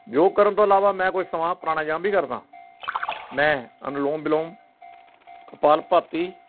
ਜੋ ਕਰਨ ਤੋਂ ਇਲਾਵਾ ਮੈਂ ਕੋਈ ਸਮਾਂ ਪ੍ਰਾਣਾਯਾਮ ਵੀ ਕਰਦਾ ਮੈਂ ਅਨੁਲੋਮ ਵਿਲੋਮ ਕਪਾਲ ਭਾਤੀ